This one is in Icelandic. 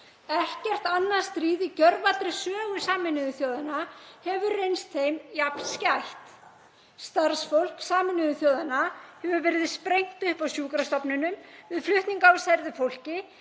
Ekkert annað stríð í gjörvallri sögu Sameinuðu þjóðanna hefur reynst þeim jafn skætt. Starfsfólk Sameinuðu þjóðanna hefur verið sprengt upp á sjúkrastofnunum, við flutning á særðu fólki,